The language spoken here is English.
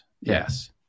Yes